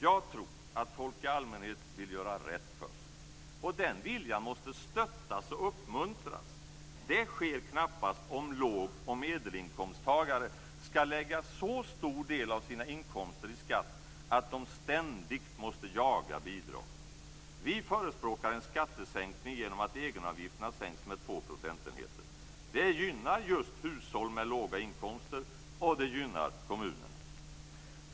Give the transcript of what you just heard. Jag tror att folk i allmänhet vill göra rätt för sig. Den viljan måste stöttas och uppmuntras. Det sker knappast om låg och medelinkomsttagare skall lägga så stor del av sina inkomster i skatt att de ständigt måste jaga bidrag. Vi förespråkar en skattesänkning genom att egenavgifterna sänks med två procentenheter. Det gynnar just hushåll med låga inkomster, och det gynnar kommunerna.